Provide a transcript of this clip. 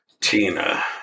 Tina